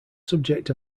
subject